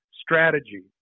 strategy